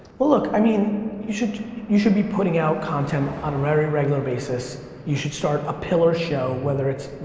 well look, i mean, you should you should be putting out content on a very regular basis. you should start a pillar show, whether it's,